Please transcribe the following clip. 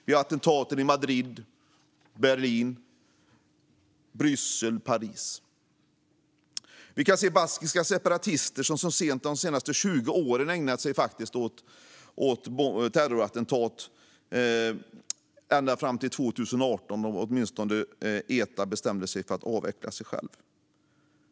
Vi har haft attentaten i Madrid, Berlin, Bryssel och Paris. Vi har kunnat se baskiska separatister, som så sent som de senaste 20 åren har ägnat sig åt terrorattentat - ända fram till 2018, då åtminstone ETA bestämde sig för att avveckla sig själva.